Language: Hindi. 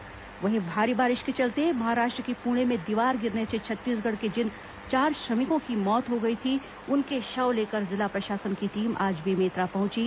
पुणे दुर्घटना वहीं भारी बारिश के चलते महाराष्ट्र के पुणे में दीवार गिरने से छत्तीसगढ़ के जिन चार श्रमिकों की मौत हो गई थी उनके शव लेकर जिला प्रशासन की टीम आज बेमेतरा पहुंची